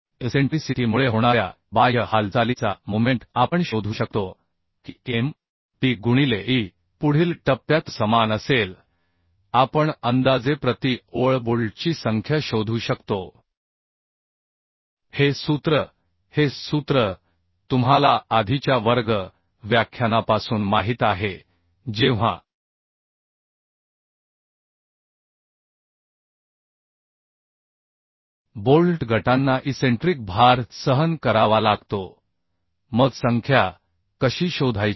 eccentricity मुळे होणाऱ्या बाह्य हालचालीचा मोमेंट आपण शोधू शकतो की M p गुणिले e पुढील टप्प्यातसमान असेल आपण अंदाजे प्रति ओळ बोल्टची संख्या शोधू शकतो हे सूत्र हे सूत्र तुम्हाला आधीच्या वर्ग व्याख्यानापासून माहित आहे जेव्हा बोल्ट गटांना इसेंट्रिक भार सहन करावा लागतो मग संख्या कशी शोधायची